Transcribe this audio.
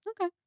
Okay